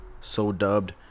so-dubbed